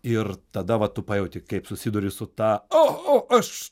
ir tada vat tu pajauti kaip susiduri su ta o o aš